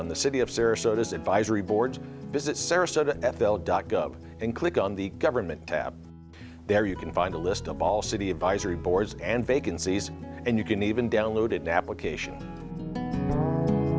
on the city of sarasota as advisory boards visit sarasota f l dot gov and click on the government tab there you can find a list of all city advisory boards and vacancies and you can even download it now application